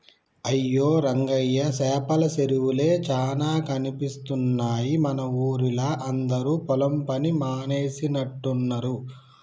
అయ్యో రంగయ్య సేపల సెరువులే చానా కనిపిస్తున్నాయి మన ఊరిలా అందరు పొలం పని మానేసినట్టున్నరు